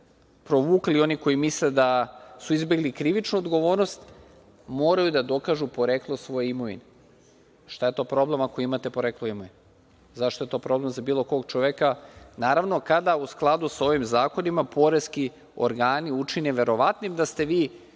provukli i oni koji misle da su izbegli krivičnu odgovornost moraju da dokažu poreklo svoje imovine. Šta je to problem, ako imate poreklo imovine? Zašto je to problem za bilo kog čoveka? Naravno, kada u skladu sa ovim zakonima poreski organi učine verovatnim da ste vi